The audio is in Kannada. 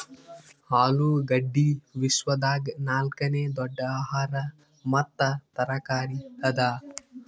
ಆಲೂಗಡ್ಡಿ ವಿಶ್ವದಾಗ್ ನಾಲ್ಕನೇ ದೊಡ್ಡ ಆಹಾರ ಮತ್ತ ತರಕಾರಿ ಅದಾ